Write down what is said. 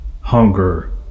hunger